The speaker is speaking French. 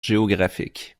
géographiques